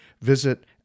Visit